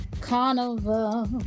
carnival